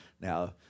Now